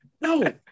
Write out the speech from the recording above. No